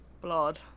blood